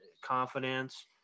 confidence